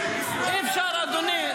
אי-אפשר, אדוני.